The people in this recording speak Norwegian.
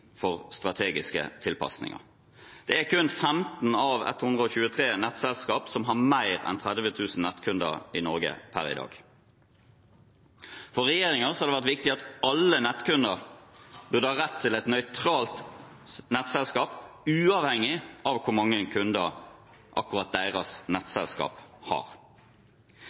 for strategiske tilpasninger. Det er kun 15 av 123 nettselskap som har mer enn 30 000 nettkunder i Norge per i dag. For regjeringen har det vært viktig at alle nettkunder burde ha rett til et nøytralt nettselskap, uavhengig av hvor mange kunder akkurat deres nettselskap har.